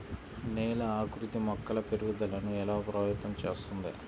నేల ఆకృతి మొక్కల పెరుగుదలను ఎలా ప్రభావితం చేస్తుంది?